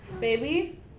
baby